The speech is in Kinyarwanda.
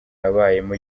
yabayemo